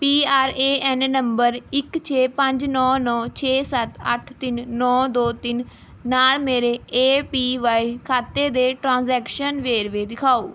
P R A N number ਇੱਕ ਛੇ ਪੰਜ ਨੌ ਨੌ ਛੇ ਸੱਤ ਅੱਠ ਤਿੰਨ ਨੌ ਦੋ ਤਿੰਨ ਨਾਲ਼ ਮੇਰੇ ਏ ਪੀ ਵਾਇ ਖਾਤੇ ਦੇ ਟਰਾਂਜ਼ੈਕਸ਼ਨ ਵੇਰਵੇ ਦਿਖਾਓ